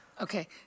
Okay